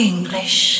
English